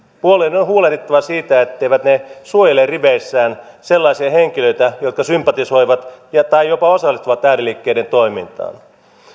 puolueiden on huolehdittava siitä etteivät ne suojele riveissään sellaisia henkilöitä jotka sympatisoivat ääriliikkeitä tai jopa osallistuvat niiden toimintaan